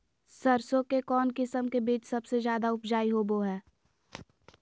सरसों के कौन किस्म के बीच सबसे ज्यादा उपजाऊ होबो हय?